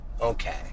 Okay